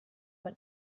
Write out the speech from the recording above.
von